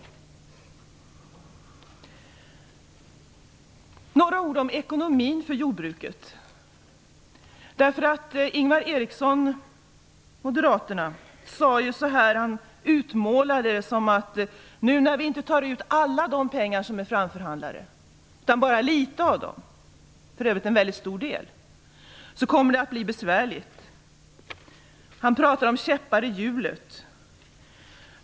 Jag vill säga några ord om ekonomin för jordbruket. Ingvar Eriksson från Moderaterna utmålade det som att det kommer att bli besvärligt nu när vi inte tar ut alla de pengar som är framförhandlade utan bara en liten del av dem - för övrigt en väldigt stor del. Han pratar om käppar i hjulet.